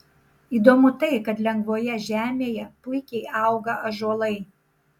įdomu tai kad lengvoje žemėje puikiai auga ąžuolai